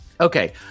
Okay